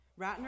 Ratner